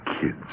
kids